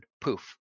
poof